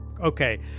Okay